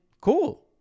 cool